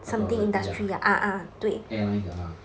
authority lah airline 的啦